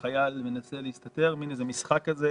בזמן שהחייל מנסה להסתתר כמו באיזה מין משחק כזה